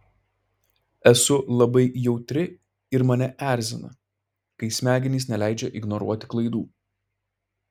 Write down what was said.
esu labai jautri ir mane erzina kai smegenys neleidžia ignoruoti klaidų